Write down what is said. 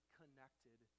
connected